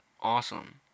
Awesome